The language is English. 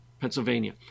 Pennsylvania